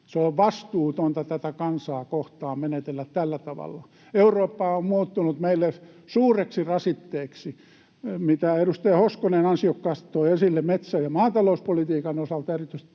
On vastuutonta tätä kansaa kohtaan menetellä tällä tavalla. Eurooppa on muuttunut meille suureksi rasitteeksi. Se, mitä edustaja Hoskonen ansiokkaasti toi esille metsä- ja maatalouspolitiikan osalta, erityisesti